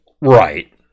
Right